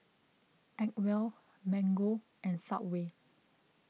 Acwell Mango and Subway